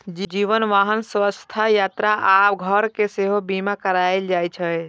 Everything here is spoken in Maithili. जीवन, वाहन, स्वास्थ्य, यात्रा आ घर के सेहो बीमा कराएल जाइ छै